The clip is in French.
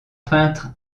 peintre